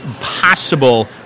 possible